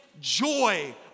joy